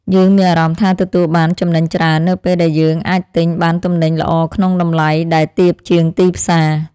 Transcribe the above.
យើងមានអារម្មណ៍ថាទទួលបានចំណេញច្រើននៅពេលដែលយើងអាចទិញបានទំនិញល្អក្នុងតម្លៃដែលទាបជាងទីផ្សារ។